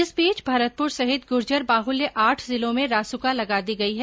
इस बीच भरतपुर सहित गुर्जर बाहुल्य आठ जिलों में रासुका लगा दी गई है